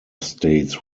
states